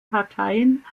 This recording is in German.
parteien